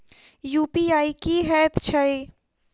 UPI की हएत छई?